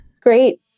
Great